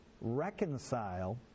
reconcile